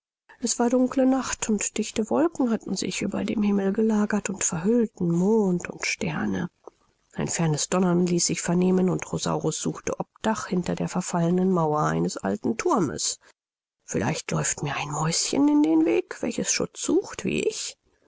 es war dunkle nacht und dichte wolken hatten sich über dem himmel gelagert und verhüllten mond und sterne ein fernes donnern ließ sich vernehmen und rosaurus suchte obdach hinter der verfallenen mauer eines alten thurmes vielleicht läuft mir ein mäuschen in den weg welches schutz sucht wie ich